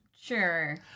Sure